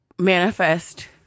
manifest